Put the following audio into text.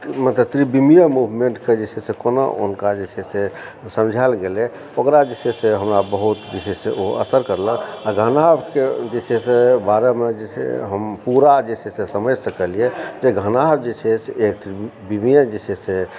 ओहि मे तऽ त्रिकोणीय मूवमेंट के जे छै से कोना हुनका जे छै से समझायल गेलै ओकरा जे छै से हमरा बहुत जे छै से ओ असर करलक आ घनाभ के जे छै से बारे मे जे छै हम पूरा जे छै से समैझ सकलियै जे घनाभ जे छै त्रिकोणीय जे छै से